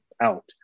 out